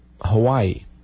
Hawaii